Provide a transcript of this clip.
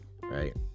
right